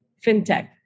fintech